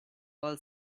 all